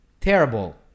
terrible